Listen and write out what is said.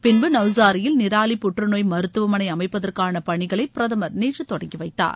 பின்பு நௌசாரியில் நிராலி புற்றுநோய் மருத்துவமனை அமைப்பதற்கான பணிகளை பிரதமர் நேற்று தொடங்கி வைத்தார்